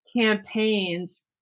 campaigns